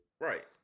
Right